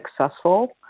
successful